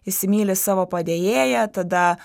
įsimyli savo padėjėją tada